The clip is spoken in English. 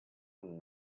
from